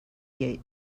gate